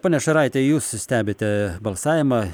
ponia šaraite jūs stebite balsavimą